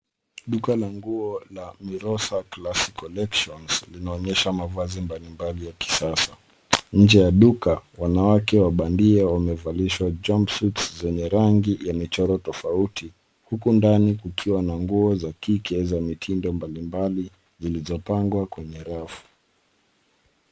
Duka la nguo la Mirosa classy collections linaonyesha mavazi mbalimbali ya kisasa. Nje ya duka wanawake wa bandia wamevalishwa jumpsuits zenye rangi ya michoro tofauti huku ndani kukiwa na nguo za kike za mitindo mbalimbali zilizopangwa kwenye rafu.